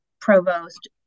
provost